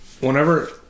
Whenever